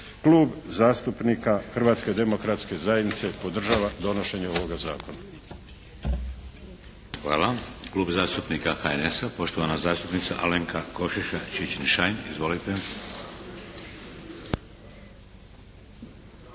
Klub zastupnika Hrvatske demokratske zajednice podržava donošenje ovoga zakona. **Šeks, Vladimir (HDZ)** Hvala. Klub zastupnika HNS-a, poštovana zastupnica Alenka Košiša Čičin-Šain. Izvolite.